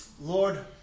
Lord